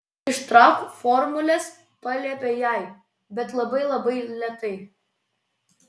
ištrauk formules paliepė jai bet labai labai lėtai